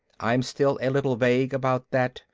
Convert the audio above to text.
i'm still a little vague about that.